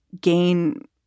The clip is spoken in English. gain